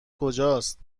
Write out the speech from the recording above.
کجاست